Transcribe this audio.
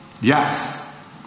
Yes